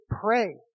pray